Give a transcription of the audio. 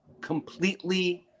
Completely